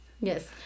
Yes